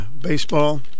baseball